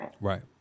Right